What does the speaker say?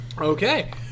Okay